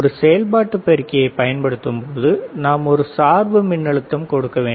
ஒரு செயல்பாட்டு பெருக்கியைப் பயன்படுத்தும்போது நாம் ஒரு சார்பு மின்னழுத்தம் கொடுக்க வேண்டும்